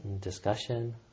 discussion